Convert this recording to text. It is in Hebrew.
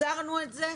קיצרנו את זה.